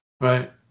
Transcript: Right